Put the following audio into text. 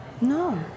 No